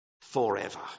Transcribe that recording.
forever